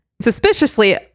Suspiciously